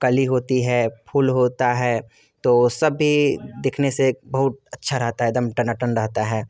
कली होती है फूल होता है तो सभी दिखने से बहुत अच्छा रहता है एक दम टनाटन रहता है